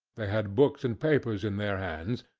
they had books and papers in their hands,